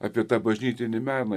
apie tą bažnytinį meną